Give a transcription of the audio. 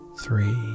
three